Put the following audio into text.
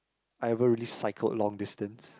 I ever really cycled long distance